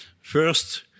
First